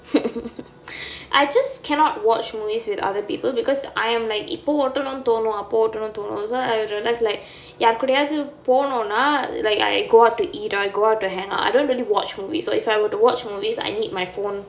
I just cannot watch movies with other people because I am like இப்ப ஒட்டனோனு தோனோ அப்ப ஒட்டுனோனு தோனோ:ippa ottunonu thono appa ottunonu thono so I realise like யாருகிட்டயாவது போனோனா:yaarukittayaavathu pononaa like I go out to eat or I go out to hang out I don't really watch movies so if I were to watch movies I need my phone